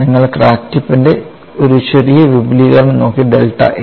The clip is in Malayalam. നിങ്ങൾ ക്രാക്ക് ടിപ്പിന്റെ ഒരു ചെറിയ വിപുലീകരണം നോക്കി ഡെൽറ്റ a